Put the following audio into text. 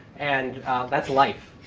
and that's life.